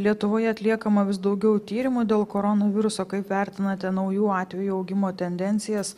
lietuvoje atliekama vis daugiau tyrimų dėl koronaviruso kaip vertinate naujų atvejų augimo tendencijas